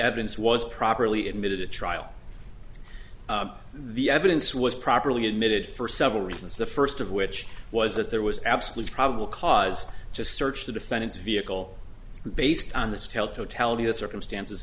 evidence was properly admitted at trial the evidence was properly admitted for several reasons the first of which was that there was absolutely probable cause to search the defendant's vehicle based on this tell totality of circumstances